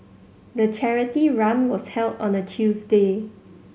the charity run was held on a Tuesday